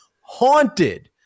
haunted